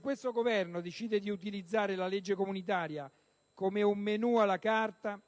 Questo Governo decide di utilizzare la legge comunitaria come un menu *à la carte*,